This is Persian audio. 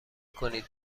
کنید